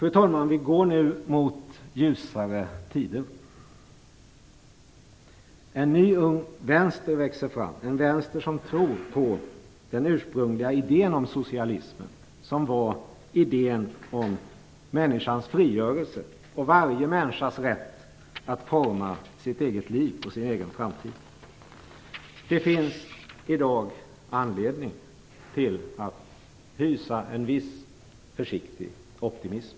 Fru talman! Vi går nu mot ljusare tider. En ny ung vänster växer fram, en vänster som tror på den ursprungliga idén om socialismen, som var idén om människans frigörelse och varje människas rätt att forma sitt eget liv och sin egen framtid. Det finns i dag anledning att hysa en viss försiktig optimism.